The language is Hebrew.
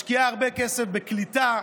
משקיעה הרבה כסף בקליטה,